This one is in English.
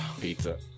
Pizza